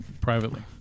privately